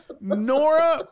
nora